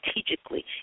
strategically